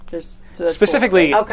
Specifically